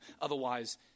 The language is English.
Otherwise